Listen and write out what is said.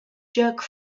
jerk